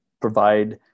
provide